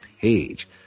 page